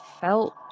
felt